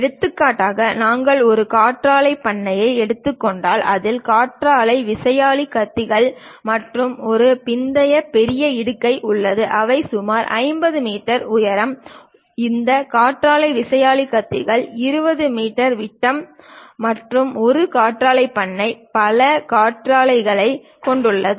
எடுத்துக்காட்டாக நாங்கள் ஒரு காற்றாலை பண்ணையை எடுத்துக்கொண்டால் அதில் காற்றாலை விசையாழி கத்திகள் மற்றும் ஒரு பிந்தைய பெரிய இடுகை உள்ளது அவை சுமார் 50 மீட்டர் உயரம் இந்த காற்றாலை விசையாழி கத்திகளின் 20 மீட்டர் விட்டம் மற்றும் ஒரு காற்றாலை பண்ணை பல காற்று விசையாழிகளைக் கொண்டுள்ளது